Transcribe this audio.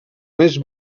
més